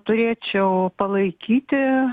turėčiau palaikyti